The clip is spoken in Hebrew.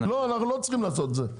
לא, אנחנו לא צריכים לעשות את זה.